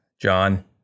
John